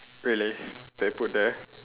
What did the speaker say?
really they put there